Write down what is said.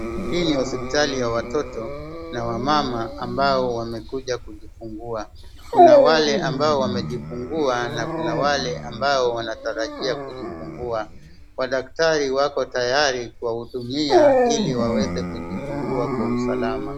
Hii ni hospitali ya watoto na wamama ambao wamekuja kujifungua. Kuna wale ambao wamejifungua na kuna wale ambao wanatarajia kujifungua. Madaktari wako tayari kuwahudumia ili waweze kujifungua kwa usalama.